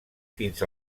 fins